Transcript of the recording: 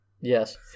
Yes